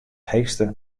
heechste